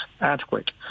adequate